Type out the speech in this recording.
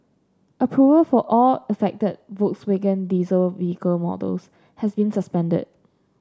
approval for all affected Volkswagen diesel vehicle models has been suspended